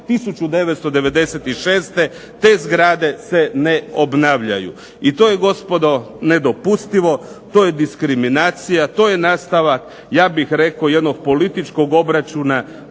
1996. te zgrade se ne obnavljaju. I to je gospodo nedopustivo, to je diskriminacija, to je nastavak ja bih rekao jednog političkog obračuna